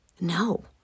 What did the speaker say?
No